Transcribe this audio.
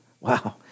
Wow